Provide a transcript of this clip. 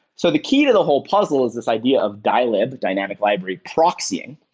so the key to the whole puzzle is this idea of dylib, dynamic library proxying.